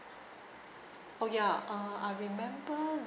oh ya uh I remember